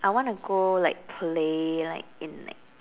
I want to go like play like in like